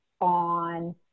on